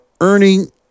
earning